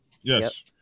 Yes